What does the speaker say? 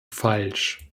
falsch